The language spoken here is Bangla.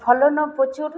ফলনও প্রচুর